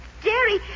Jerry